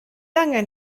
angen